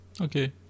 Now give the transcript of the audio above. Okay